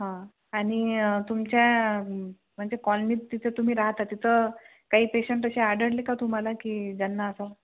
हां आणि तुमच्या म्हणजे कॉलनीत तिथं तुम्ही राहता तिथं काही पेशंट असे आढळले का तुम्हाला की ज्यांना असा